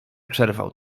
przerwał